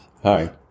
Hi